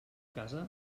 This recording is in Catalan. casa